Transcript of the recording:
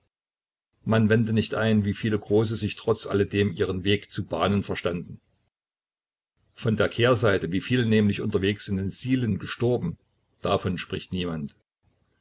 man wende nicht ein wie viele große sich trotz alledem ihren weg zu bahnen verstanden von der kehrseite wie viele nämlich unterwegs in den sielen gestorben davon spricht niemand